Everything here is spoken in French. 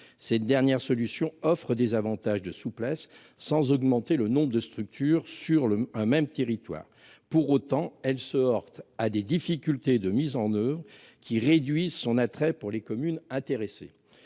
Cette dernière solution offrent des avantages de souplesse sans augmenter le nombre de structures sur le un même territoire. Pour autant, elles sortent à des difficultés de mise en oeuvre qui réduit son attrait pour les communes intéressées.